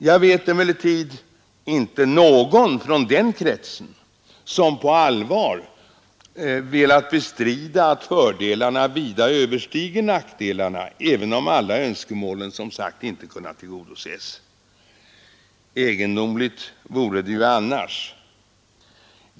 Jag vet emellertid inte någon från den kretsen som på allvar velat bestrida att fördelarna vida överstiger nackdelarna, även om alla önskemål som sagt inte kunnat tillgodoses. Egendomligt vore det ju annars.